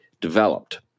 developed